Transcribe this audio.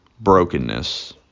brokenness